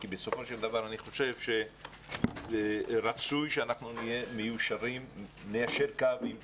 כי בסופו של דבר אני חושב שרצוי שניישר קו עם ההורים,